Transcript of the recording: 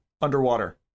underwater